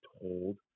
told